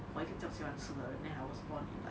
我一个这样喜欢吃的人 then I was born in like